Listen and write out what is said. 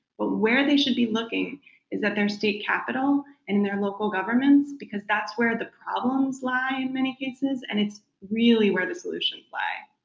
but where they should be looking is at their state capitol and their local governments because that's where the problems lie in many cases and it's really where the solutions lie.